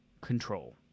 control